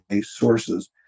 sources